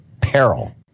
peril